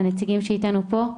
הנציגים שאתנו פה,